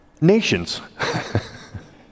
nations